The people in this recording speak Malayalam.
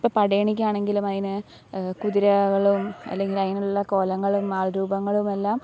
ഇപ്പം പടയണിക്കാണെങ്കിലും അതിന് കുതിരകളും അല്ലെങ്കിലതിനുള്ള കോലങ്ങളും ആൾരൂപങ്ങളുമെല്ലാം